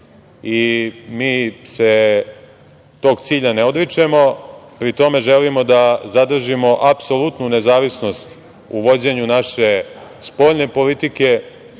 i mi se tog cilja ne odričemo. Pri tome želimo da zadržimo apsolutnu nezavisnost u vođenju naše spoljne politike,